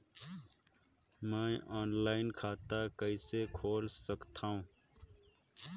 मैं ऑनलाइन खाता कइसे खोल सकथव?